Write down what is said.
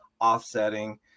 offsetting